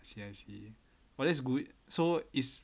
I see I see well that's good so is